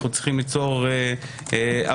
אנחנו צריכים ליצור הרתעה.